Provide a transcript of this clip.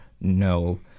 No